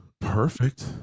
perfect